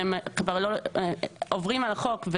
שהם כבר עוברים על החוק,